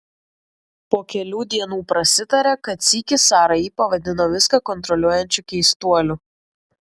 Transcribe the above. po kelių dienų prasitarė kad sykį sara jį pavadino viską kontroliuojančiu keistuoliu